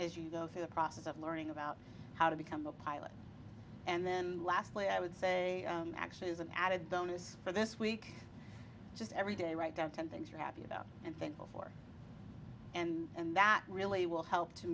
as you go through the process of learning about how to become a pilot and then lastly i would say actually is an added bonus for this week just every day write down ten things you're happy about and thankful for and that really will help to